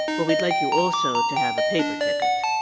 well, we'd like you also to have a paper ticket.